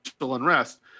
unrest